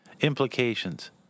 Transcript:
implications